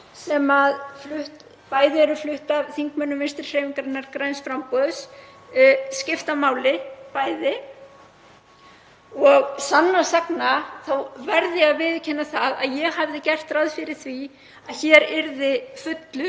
sem bæði eru flutt af þingmönnum Vinstrihreyfingarinnar – græns framboðs skipta máli. Sannast sagna verð ég að viðurkenna að ég hafði gert ráð fyrir því að hér yrði fullur